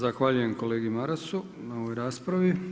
Zahvaljujem kolegi Marasu na ovoj raspravi.